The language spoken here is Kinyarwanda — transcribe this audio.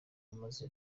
maze